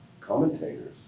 commentators